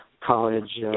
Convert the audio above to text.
college